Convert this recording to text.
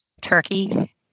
turkey